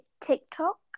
TikTok